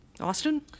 Austin